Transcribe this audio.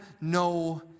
no